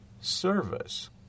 service